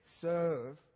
serve